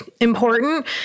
important